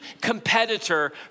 competitor